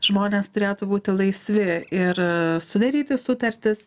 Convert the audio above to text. žmonės turėtų būti laisvi ir sudaryti sutartis